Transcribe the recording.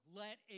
let